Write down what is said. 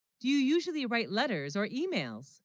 do you usually write letters or emails